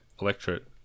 electorate